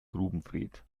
grubenfred